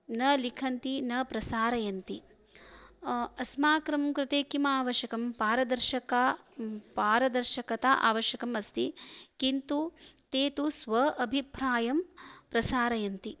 न लिखन्ति न प्रसारयन्ति अस्माकं कृते किम् आवश्यकं पारदर्शकाः पारदर्शकता आवश्यकी अस्ति किन्तु ते तु स्वाभिप्रायं प्रसारयन्ति